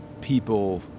people